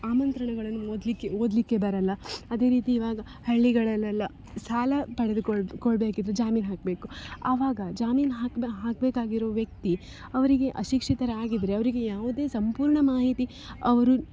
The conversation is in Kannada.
ಆಮಂತ್ರಣಗಳನ್ನು ಓದಲಿಕ್ಕೆ ಓದಲಿಕ್ಕೆ ಬರಲ್ಲ ಅದೇ ರೀತಿ ಇವಾಗ ಹಳ್ಳಿಗಳಲ್ಲೆಲ್ಲ ಸಾಲ ಪಡೆದುಕೊಳ್ಳ ಕೊಳ್ಳಬೇಕಿದ್ರೆ ಜಾಮೀನು ಹಾಕಬೇಕು ಆವಾಗ ಜಾಮೀನು ಹಾಕಿದ ಹಾಕಬೇಕಾಗಿರೋ ವ್ಯಕ್ತಿ ಅವರಿಗೆ ಅಶಿಕ್ಷಿತರಾಗಿದ್ದರೆ ಅವರಿಗೆ ಯಾವುದೇ ಸಂಪೂರ್ಣ ಮಾಹಿತಿ ಅವರು